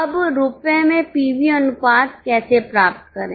अब रुपये में पीवी अनुपात कैसे प्राप्त करें